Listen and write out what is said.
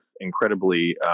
incredibly